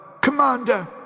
Commander